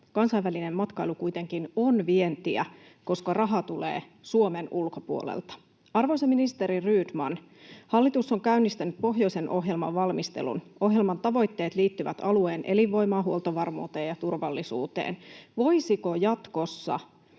Kansainvälinen matkailu kuitenkin on vientiä, koska raha tulee Suomen ulkopuolelta. Arvoisa ministeri Rydman, hallitus on käynnistänyt pohjoisen ohjelman valmistelun. Ohjelman tavoitteet liittyvät alueen elinvoimaan, huoltovarmuuteen ja turvallisuuteen. Voisiko jatkossa